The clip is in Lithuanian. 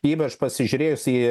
ypač pasižiūrėjus į